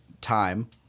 time